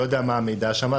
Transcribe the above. לא יודע מה המידע שם,